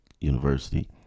university